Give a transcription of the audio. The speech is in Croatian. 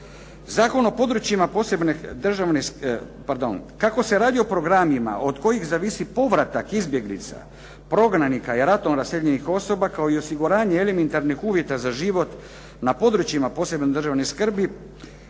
Zakona o područjima državne skrbi za 50% Kako se radi o programima od kojih zavisi povratak izbjeglica, prognanika i ratom raseljenih osoba kao i osiguranje elementarnih uvjeta za život na područjima posebne državne skrbi